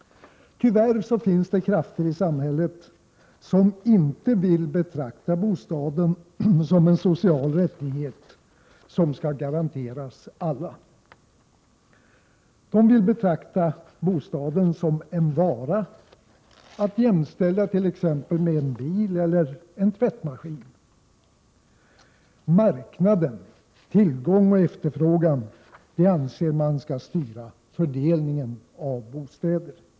Tyvärr finns det krafter i samhället som inte vill betrakta bostaden som en social rättighet som skall garanteras alla. De vill betrakta bostaden som en vara att jämställa med t.ex. en bil eller en tvättmaskin. Marknaden =— tillgång och efterfrågan — anser man skall styra fördelningen av bostäder.